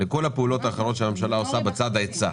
לכל הפעולות האחרות שהממשלה עושה בצד ההיצע.